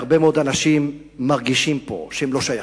הרבה מאוד אנשים מרגישים פה שהם לא שייכים,